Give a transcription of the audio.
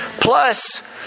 Plus